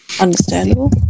understandable